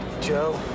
Joe